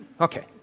Okay